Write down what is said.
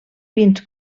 fins